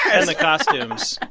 and the costumes.